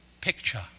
picture